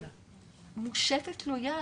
ושנית מושטת לו יד.